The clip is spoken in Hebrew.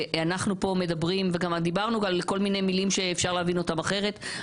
אנחנו פה מדברים וגם דיברנו על כל מיני מילים שאפשר להבין אותן אחרת,